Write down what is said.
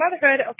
motherhood